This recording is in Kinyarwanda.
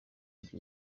ibyo